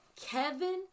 Kevin